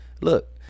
look